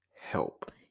help